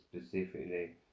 specifically